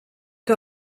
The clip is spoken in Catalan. que